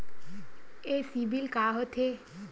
ये सीबिल का होथे?